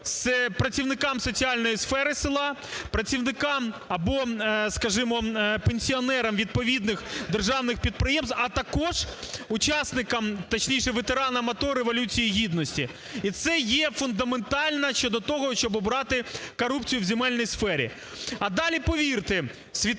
працівникам соціальної сфери села, працівникам або, скажімо, пенсіонерам відповідних державних підприємств, а також учасникам, точніше, ветеранам АТО, Революції Гідності. І це є фундаментально щодо того, щоб убрати корупцію в земельній сфері. А далі, повірте, світовий